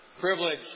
privilege